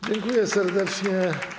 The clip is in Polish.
Dziękuję serdecznie.